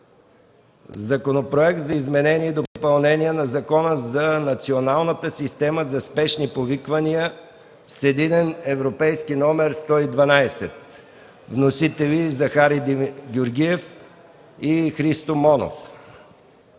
Законопроект за изменение и допълнение на Закона за националната система за спешни повиквания с единен европейски номер 112. Вносители са Захари Георгиев и Христо Монов.